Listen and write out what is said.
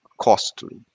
costly